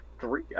three